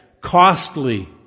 costly